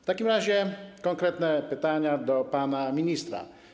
W takim razie konkretne pytania do pana ministra.